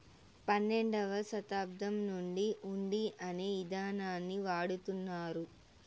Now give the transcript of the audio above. పన్నెండవ శతాబ్దం నుండి హుండీ అనే ఇదానాన్ని వాడుతున్నారు